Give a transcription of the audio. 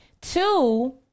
Two